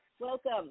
Welcome